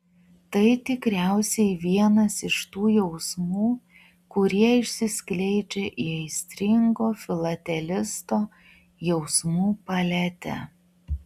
tai tikriausiai vienas iš tų jausmų kurie išsiskleidžia į aistringo filatelisto jausmų paletę